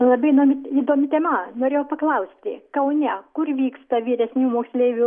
labai man įdomi tema norėjau paklausti kaune kur vyksta vyresnių moksleivių